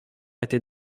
était